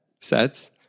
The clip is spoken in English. Sets